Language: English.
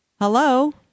Hello